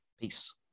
Peace